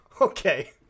okay